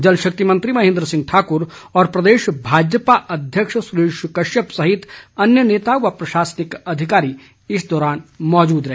जलशक्ति मंत्री महेन्द्र सिंह ठाकुर और प्रदेश भाजपा अध्यक्ष सुरेश कश्यप सहित अन्य नेता व प्रशासनिक अधिकारी इस दौरान मौजूद रहे